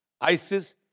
ISIS